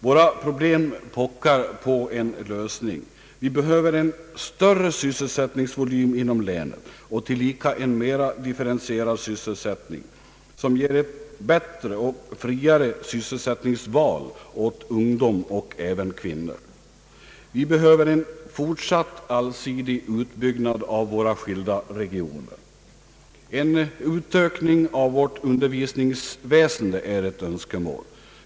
Våra problem pockar på en lösning. Vi behöver en större sysselsättningsvolym inom länet och tillika en mera differentierad sysselsättning, som ger ett bättre och friare sysselsättningsval åt ungdom och även kvinnor. Vi behöver en fortsatt allsidig utbyggnad av våra skilda regioner. En utökning av vårt undervisningsväsende är ett önskemål.